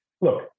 look